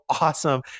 awesome